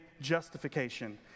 justification